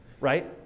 right